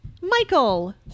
Michael